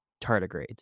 tardigrades